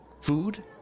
food